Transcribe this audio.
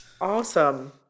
awesome